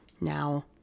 now